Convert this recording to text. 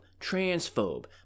transphobe